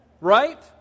right